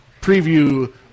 preview